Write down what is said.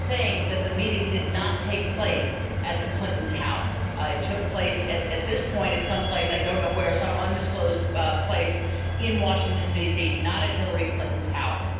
saying that the meeting did not take place at the clinton's house. it took place at, at this point at some place, i don't know where some undisclosed place in washington, dc, not at hilary clinton's house.